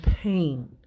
pain